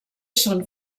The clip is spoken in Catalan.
són